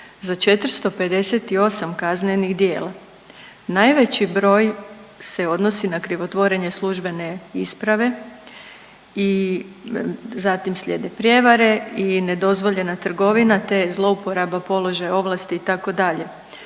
za 458 kaznenih djela. Najveći broj se odnosi na krivotvorenje službene isprave, zatim slijede prijevare i nedozvoljena trgovina te zlouporaba položaja i ovlasti itd..